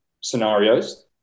scenarios